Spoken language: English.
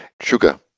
sugar